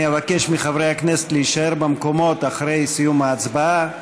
אני אבקש מחברי הכנסת להישאר במקומות אחרי סיום ההצבעה.